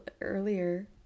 earlier